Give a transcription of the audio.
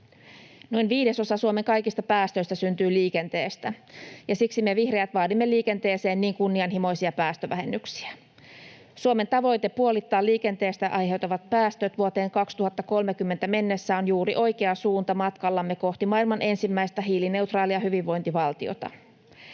Noin viidesosa Suomen kaikista päästöistä syntyy liikenteestä, ja siksi me vihreät vaadimme liikenteeseen niin kunnianhimoisia päästövähennyksiä. Suomen tavoite puolittaa liikenteestä aiheutuvat päästöt vuoteen 2030 mennessä on juuri oikea suunta matkallamme kohti maailman ensimmäistä hiilineutraalia hyvinvointivaltiota.